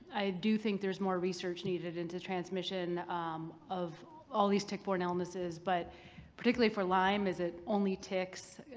i do think there's more research needed into transmission of all these tick-borne illnesses, but particularly for lyme. is it only ticks,